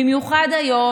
במיוחד היום,